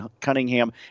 Cunningham